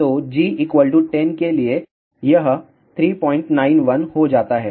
तो G 10 के लिए यह 391 हो जाता है